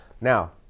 Now